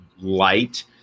light